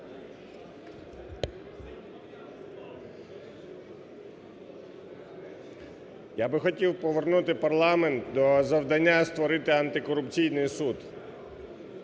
Я би хотів повернути парламент до завдання створити антикорупційний суд.